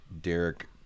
Derek